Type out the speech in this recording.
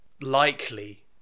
likely